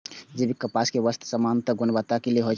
जैविक कपास सं बनल वस्त्र सामान्यतः उच्च गुणवत्ता के होइ छै